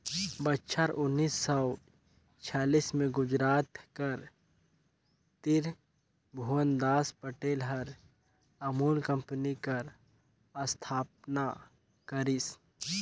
बछर उन्नीस सव छियालीस में गुजरात कर तिरभुवनदास पटेल हर अमूल कंपनी कर अस्थापना करिस